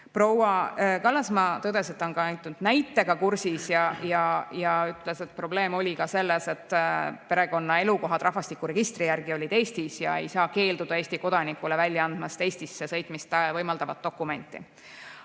Proua Kallasmaa tõdes, et ta on ka mainitud näitega kursis, ja ütles, et probleem oli ka selles, et perekonna elukoht rahvastikuregistri järgi oli Eestis ning ei saa keelduda Eesti kodanikule välja andmast Eestisse sõitmist võimaldavat dokumenti.